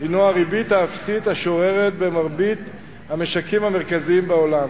הינו הריבית האפסית השוררת במרבית המשקים המרכזיים בעולם,